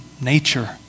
nature